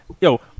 Yo